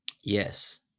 Yes